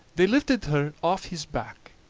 they lifted her aff his back,